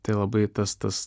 tai labai tas tas